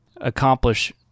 accomplish